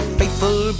faithful